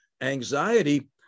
anxiety